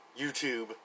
YouTube